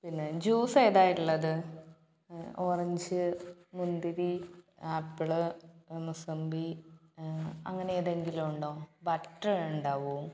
പിന്നെ ജ്യൂസ് ഏതാ ഉള്ളത് ഓറഞ്ച് മുന്തിരി ആപ്പിള് മൊസമ്പി അങ്ങനെ ഏതെങ്കിലും ഉണ്ടോ ബട്ടറുണ്ടാവോ